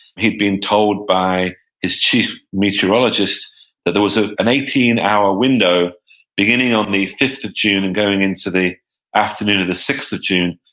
he'd been told by his chief meteorologist that there was ah an eighteen hour window beginning on the fifth of june and going into the afternoon of the sixth of june,